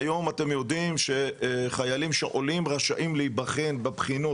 כוח האדם) שהיום אתם יודעים שחיילים שעולים רשאים להיבחן בבחינות.